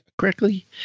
correctly